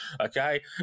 okay